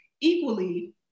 equally